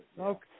okay